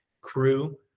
crew